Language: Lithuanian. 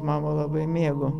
mama labai mėgo